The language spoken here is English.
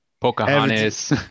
pocahontas